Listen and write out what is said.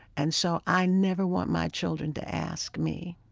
and so i never want my children to ask me,